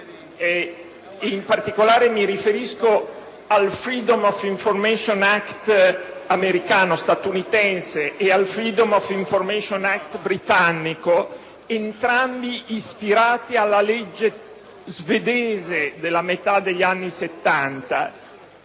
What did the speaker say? in particolare mi riferisco al *Freedom of Information Act* statunitense ed al *Freedom of Information Act* britannico, entrambi ispirati alla legge svedese della metà degli anni '70